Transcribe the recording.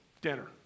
dinner